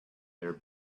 their